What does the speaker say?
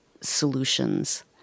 solutions